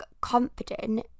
confident